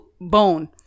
Bone